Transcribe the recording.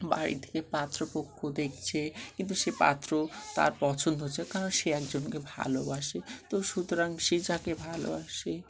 বাড়ি থেকে পাত্রপক্ষ দেখছে কিন্তু সে পাত্র তার পছন্দ হচ্ছে কারণ সে একজনকে ভালোবাসে তো সুতরাং সে তাকে ভালোবাসে